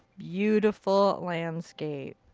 beautiful landscape.